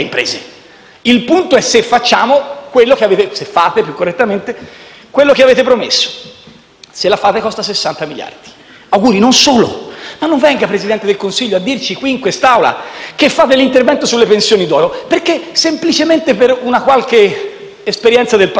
Il punto è se fate quello che avete promesso. Se la fate, costa 60 miliardi. Auguri. Non solo, ma non venga, Presidente del Consiglio, a dirci qui in quest'Aula che fate l'intervento sulle pensioni d'oro, perché semplicemente per una qualche esperienza del passato,